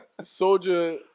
Soldier